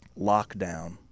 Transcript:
lockdown